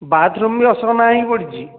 bathroom ବି ଅସନା ହୋଇପଡ଼ିଛି